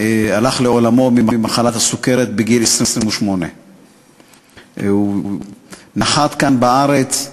הלך לעולמו ממחלת הסוכרת בגיל 28. הוא נחת כאן בארץ,